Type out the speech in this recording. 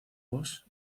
vos